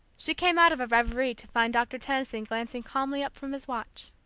she came out of a reverie to find doctor tenison glancing calmly up from his watch.